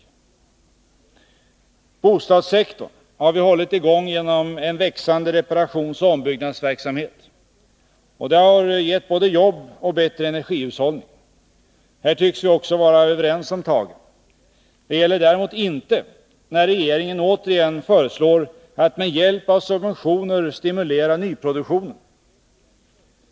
S Bostadssektorn har vi hållit i gång genom en växande reparationsoch ombyggnadsverksamhet. Det har gett både jobb och bättre energihushållning. Här tycks vi också vara överens om tagen. Det gäller däremot inte när regeringen återigen föreslår att med hjälp av subventioner stimulera nyproduktionen.